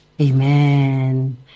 Amen